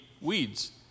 weeds